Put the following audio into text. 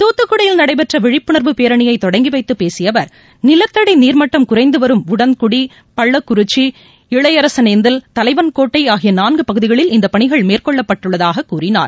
தூத்துக்குடியில் நடைபெற்ற விழிப்புணர்வு பேரணியை தொடங்கி வைத்து பேசிய அவர் நிலத்தடி நீர்மட்டம் குறைந்து வரும் உடன்குடி பள்ளக்குறிச்சி இளையரசனேந்தல் தலைவன்கோட்டை ஆகிய நான்கு பகுதிகளில் இந்த பணிகள் மேற்கொள்ளப்பட்டுள்ளதாக கூறினார்